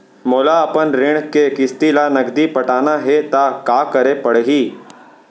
मोला अपन ऋण के किसती ला नगदी पटाना हे ता का करे पड़ही?